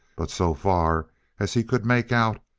but so far as he could make out,